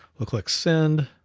we'll click send.